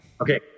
Okay